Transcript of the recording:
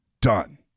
done